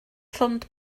llond